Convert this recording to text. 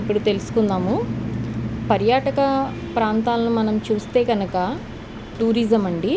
ఇప్పుడు తెలుసుకుందాము పర్యాటక ప్రాంతాలను మనం చూస్తే కనుక టూరిజం అండి